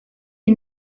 iyi